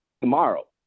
tomorrow